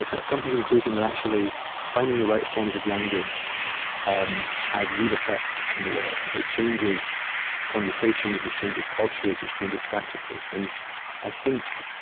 i've come to the conclusion that, actually, finding the right forms of language um has real effects in the world. it changes conversations, which changes cultures, which changes practices. and i think,